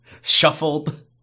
shuffled